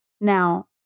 Now